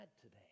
today